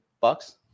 bucks